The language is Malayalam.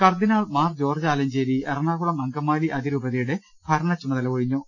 കർദ്ദിനാൾ മാർ ജോർജ്ജ് ആലഞ്ചേരി എറണാകുളം അങ്കമാലി അതി രൂപതയുടെ ഭരണചുമതല ഒഴിഞ്ഞു